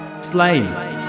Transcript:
Slain